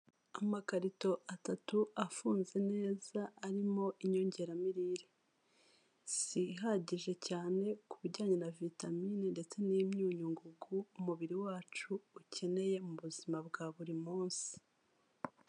Amakarito atatu afunze neza arimo inyongeramirire. Si ihagije cyane ku bijyanye na vitamine ndetse n'imyunyungugu, umubiri wacu ukeneye mu buzima bwa buri munsi.